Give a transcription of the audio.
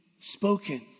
spoken